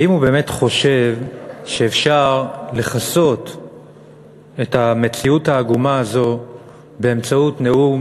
האם הוא באמת חושב שאפשר לכסות את המציאות העגומה הזאת באמצעות נאום